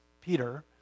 Peter